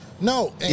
No